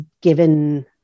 given